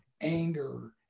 anger